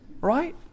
Right